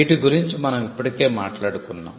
వీటి గురించి మనం ఇప్పటికే మాట్లాడుకున్నాం